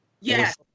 Yes